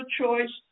choice